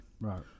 right